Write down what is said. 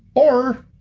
or